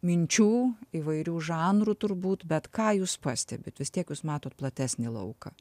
minčių įvairių žanrų turbūt bet ką jūs pastebit vis tiek jūs matot platesnį lauką